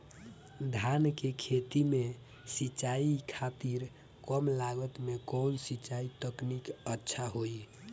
धान के खेती में सिंचाई खातिर कम लागत में कउन सिंचाई तकनीक अच्छा होई?